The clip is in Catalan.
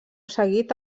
seguit